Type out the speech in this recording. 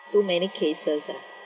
too many cases ah